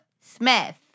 Smith